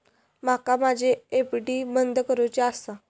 माका माझी एफ.डी बंद करुची आसा